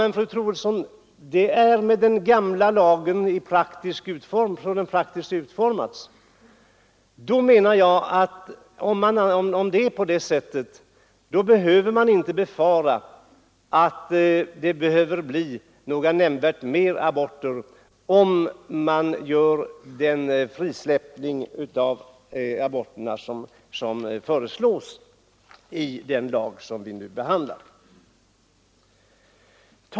Men, fru Troedsson, det är med den gamla lagen som den praktiskt utformats. Då menar jag att man inte behöver befara att det blir nämnvärt fler aborter om vi genomför den frisläppning av aborterna som föreslås i det betänkande vi nu behandlar.